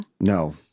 No